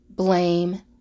blame